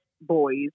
boys